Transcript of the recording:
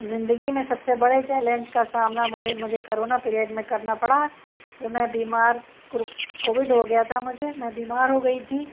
زندگی میں سب سے بڑے چیلنج کا سامنا مجھے کرونا پریئڈ میں کرنا پڑا میں بیمار کووڈ ہو گیا تھا مجھے میں بیمار ہو گئی تھی